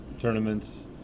tournaments